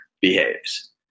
behaves